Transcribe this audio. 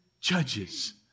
judges